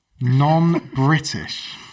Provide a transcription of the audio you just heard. non-british